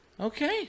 okay